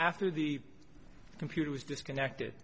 after the computer was disconnected